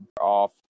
off